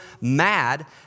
mad